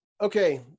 Okay